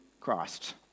Christ